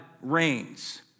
reigns